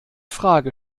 frage